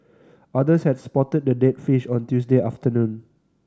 others had spotted the dead fish on Tuesday afternoon